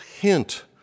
hint